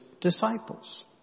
disciples